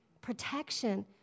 Protection